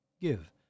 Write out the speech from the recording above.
Give